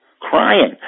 crying